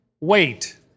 wait